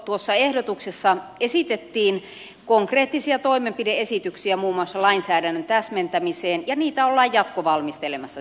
tuossa ehdotuksessa esitettiin konkreettisia toimenpide esityksiä muun muassa lainsäädännön täsmentämiseen ja niitä ollaan jatkovalmistelemassa sisäministeriössä